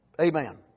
Amen